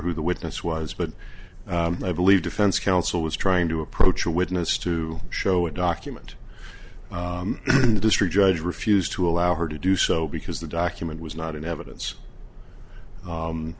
who the witness was but i believe defense counsel was trying to approach a witness to show a document the district judge refused to allow her to do so because the document was not in evidence